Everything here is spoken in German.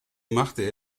machte